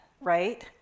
right